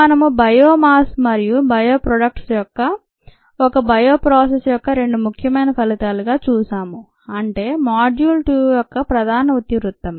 మనము biomass మరియు bioproducts ఒక బయో ప్రాసెస్ యొక్క రెండు ముఖ్యమైన ఫలితాలుగా చూసాము అంటే మాడ్యూల్ 2 యొక్క ప్రధాన ఇతివృత్తం